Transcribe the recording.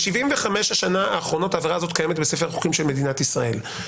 ב-75 השנים האחרונות הזאת קיימת בספר החוקים של מדינת ישראל.